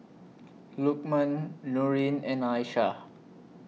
Lukman Nurin and Aishah